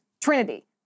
Trinity